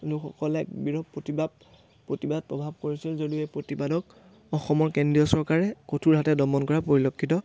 লোকসকলে বিৰূপ প্ৰতিবাদ প্ৰতিবাদ প্ৰভাৱ পৰিছিল যদিও এই প্ৰতিবাদক অসমৰ কেন্দ্ৰীয় চৰকাৰে কঠোৰ হাতে দমন কৰা পৰিলক্ষিত